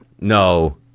No